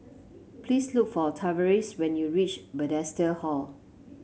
please look for Tavares when you reach Bethesda Hall